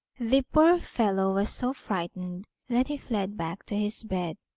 the poor fellow was so frightened that he fled back to his bed,